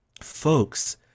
folks